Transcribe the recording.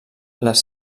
les